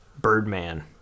Birdman